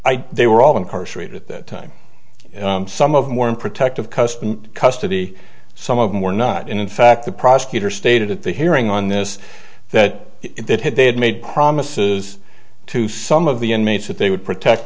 that they were all incarcerated at that time some of them were in protective custody custody some of them were not in fact the prosecutor stated at the hearing on this that it had they had made promises to some of the inmates that they would protect